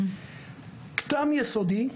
קדם יסודי,